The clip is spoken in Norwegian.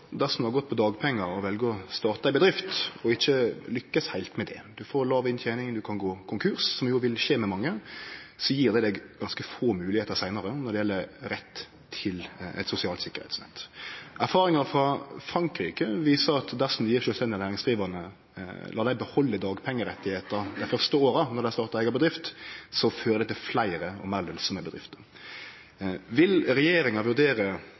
dersom ein har gått på dagpengar og vel å starte ei bedrift og ikkje lykkast heilt med det – ein får låg inntening, ein kan gå konkurs, som jo vil skje med mange – gjev det deg ganske få moglegheiter seinare når det gjeld rett til eit sosial sikkerheitsnett. Erfaringar frå Frankrike viser at dersom ein lèt sjølvstendig næringsdrivande behalde dagpengerettar dei første åra når dei starter eiga bedrift, fører det til fleire og meir lønsame bedrifter. Vil regjeringa vurdere